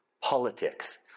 politics